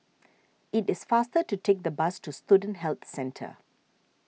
it is faster to take the bus to Student Health Centre